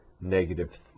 negative